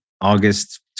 August